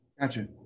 Gotcha